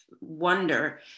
wonder